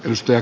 pystyä